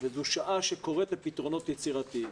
זו שעה שקוראת לפתרונות יצירתיים